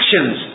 actions